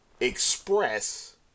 express